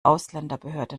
ausländerbehörde